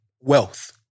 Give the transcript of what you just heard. wealth